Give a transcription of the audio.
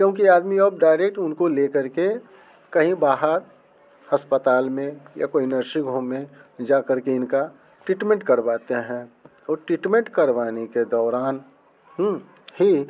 क्योंकि आदमी अब डायरेक्ट उनको ले कर के कहीं बाहर हस्पताल में या कोई नर्सिंग होम में जा कर के इनका ट्रीटमेंट करवाते हैं और ट्रीटमेंट करवाने के दौरान ही